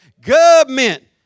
Government